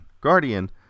Guardian